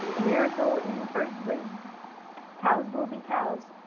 a miracle in the first place cows will be cows.